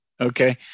okay